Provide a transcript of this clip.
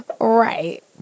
Right